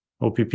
OPP